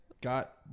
got